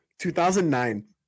2009